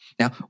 Now